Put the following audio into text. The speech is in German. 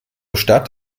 stadt